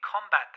combat